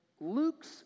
Luke's